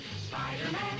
Spider-Man